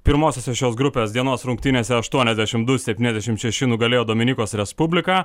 pirmosiose šios grupės dienos rungtynėse aštuoniasdešim du septyniasdešimt šeši nugalėjo dominikos respubliką